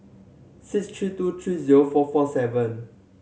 six three two three zero four four seven